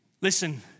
Listen